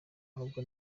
ahubwo